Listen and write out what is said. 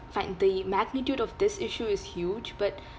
fine the magnitude of this issue is huge but